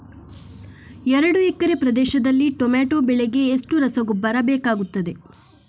ಎರಡು ಎಕರೆ ಪ್ರದೇಶದಲ್ಲಿ ಟೊಮ್ಯಾಟೊ ಬೆಳೆಗೆ ಎಷ್ಟು ರಸಗೊಬ್ಬರ ಬೇಕಾಗುತ್ತದೆ?